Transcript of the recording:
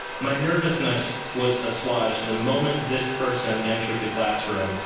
my nervousness was assuaged the moment this person entered the classroom,